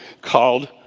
called